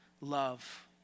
love